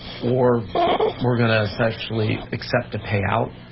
or we're gonna essentially accept a payout.